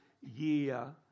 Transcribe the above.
year